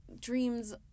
dreams